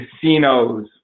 casinos